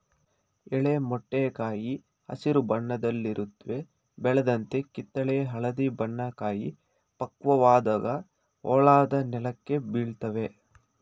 ಎಳೆ ಮೊಟ್ಟೆ ಕಾಯಿ ಹಸಿರು ಬಣ್ಣದಲ್ಲಿರುತ್ವೆ ಬೆಳೆದಂತೆ ಕಿತ್ತಳೆ ಹಳದಿ ಬಣ್ಣ ಕಾಯಿ ಪಕ್ವವಾದಾಗ ಹೋಳಾಗಿ ನೆಲಕ್ಕೆ ಬೀಳ್ತವೆ